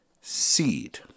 seed